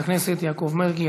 חבר הכנסת יעקב מרגי.